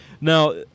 Now